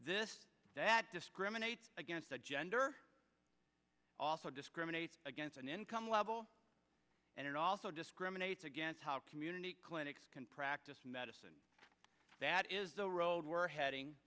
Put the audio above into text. this that discriminates against a gender also discriminates against an income level and it also discriminates against how community clinics can practice medicine that is the road we're heading